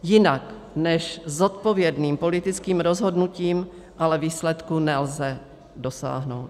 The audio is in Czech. Jinak než zodpovědným politickým rozhodnutím ale výsledku nelze dosáhnout.